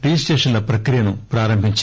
రిజిస్టేషన్ల ప్రక్రియను ప్రారంభించారు